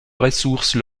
ressource